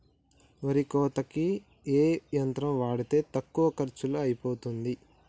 వరి కోతకి ఏ యంత్రం వాడితే తక్కువ ఖర్చులో అయిపోతుంది?